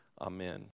Amen